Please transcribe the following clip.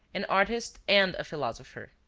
an artist and a philosopher.